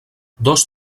dos